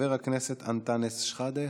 חבר הכנסת אנטאנס שחאדה,